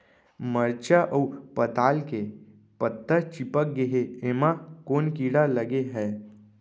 मरचा अऊ पताल के पत्ता चिपक गे हे, एमा कोन कीड़ा लगे है?